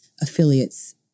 affiliates